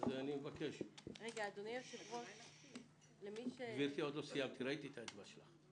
בבקשה למצוא מקום סביב השולחן.